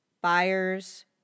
buyers